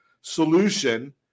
solution